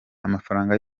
amafaranga